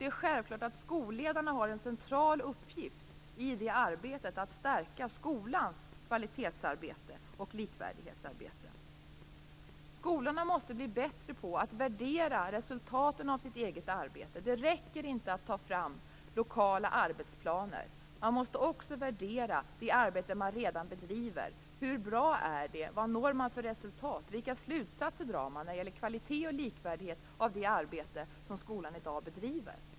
Det är självklart att skolledarna har en central uppgift att stärka skolans arbete för kvalitet och likvärdighet. Skolorna måste bli bättre på att värdera resultaten av sitt eget arbete. Det räcker inte att ta fram lokala arbetsplaner. Man måste också värdera det arbete man redan bedriver. Hur bra är det? Vad når man för resultat? Vilka slutsatser drar man när det gäller kvalitet och likvärdighet av det arbete som skolan i dag bedriver?